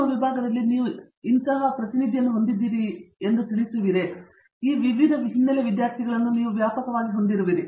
ನಿಮ್ಮ ವಿಭಾಗದಲ್ಲಿ ನೀವು ವಿವಿಧ ವಿಭಾಗದ ಪ್ರತಿನಿಧಿ ಹೊಂದಿದ್ದೀರಿ ಎಂದು ನೀವು ತಿಳಿಸಿದ್ದೀರಿ ಆದ್ದರಿಂದ ನೀವು ವಿವಿಧ ಹಿನ್ನೆಲೆಯ ವಿದ್ಯಾರ್ಥಿಗಳನ್ನು ವ್ಯಾಪಕವಾಗಿ ಹೊಂದಿರುವಿರಿ